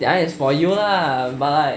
that one is for you lah but like